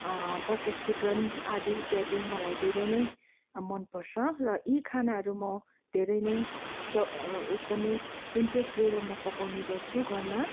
butter chicken आदि इत्यादि मलाई धेरै नै मन पर्छ र यी खानाहरू म धेरै नै एकदमै इन्ट्रेस लिएर म पकाउने गर्छु घरमा